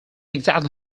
exactly